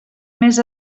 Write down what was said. més